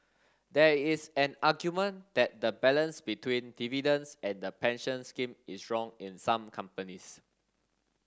there is an argument that the balance between dividends and the pension scheme is wrong in some companies